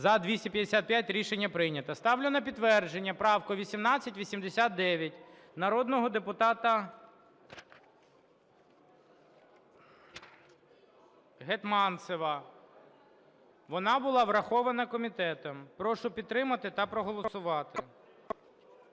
За-255 Рішення прийнято. Ставлю на підтвердження правку 1889 народного депутата Гетманцева. Вона була врахована комітетом. Прошу підтримати та проголосувати.